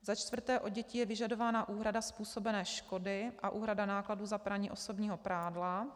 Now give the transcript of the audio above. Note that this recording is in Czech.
Za čtvrté, od dětí je vyžadována úhrada způsobené škody a úhrada nákladů za praní osobního prádla.